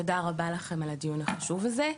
תודה רבה לכם על הדיון החשוב הזה.